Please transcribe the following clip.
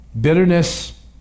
Bitterness